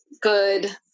good